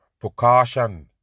precaution